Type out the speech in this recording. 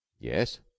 Yes